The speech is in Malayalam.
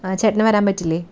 ആ ചേട്ടന് വരാന് പറ്റില്ലേ